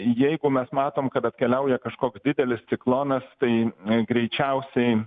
jeigu mes matom kad atkeliauja kažkoks didelis ciklonas tai greičiausiai